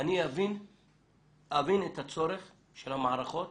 אני אבין את הצורך של המערכות